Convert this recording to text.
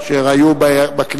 אשר היו בכנסת